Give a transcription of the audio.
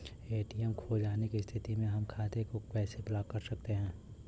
ATM खो जाने की स्थिति में हम खाते को कैसे ब्लॉक कर सकते हैं?